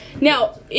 Now